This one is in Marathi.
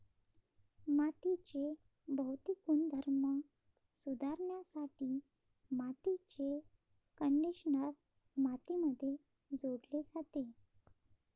मातीचे भौतिक गुणधर्म सुधारण्यासाठी मातीचे कंडिशनर मातीमध्ये जोडले जाते